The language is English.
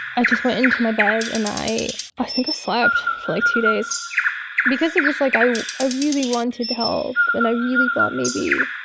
i just went into my bed and i i think i slept for like two days because it was like i i really wanted to help, and i really thought maybe